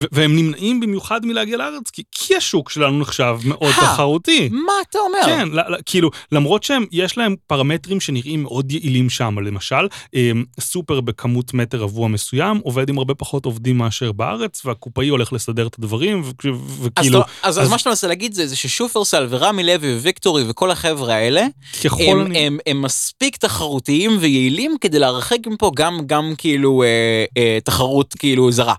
והם נמנעים במיוחד מלהגיע לארץ כי השוק שלנו נחשב מאוד תחרותי מה אתה אומר כאילו למרות שהם יש להם פרמטרים שנראים מאוד יעילים שם למשל סופר בכמות מטר רבוע מסוים עובד עם הרבה פחות עובדים מאשר בארץ והקופאי הולך לסדר את הדברים. אז מה שאתה רוצה להגיד זה ששופרסל ורמי לוי וויקטורי וכל החברה האלה הם מספיק תחרותיים ויעילים כדי להרחק מפה גם גם כאילו תחרות כאילו זרה.